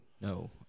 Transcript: No